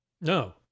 No